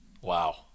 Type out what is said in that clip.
Wow